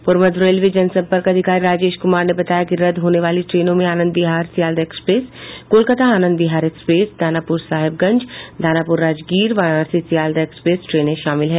पूर्व मध्य रेलवे जनसंपर्क अधिकारी राजेश कुमार ने बताया कि रद्द होने वाली ट्रेनों में Anand Bihar Sealdah express Kolkata Anand Bihar express Danapur Sahibganj Danapur Rajgir Varanasi Sealdah express ट्रेने शामिल हैं